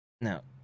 Now